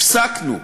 הפסקנו,